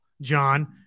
John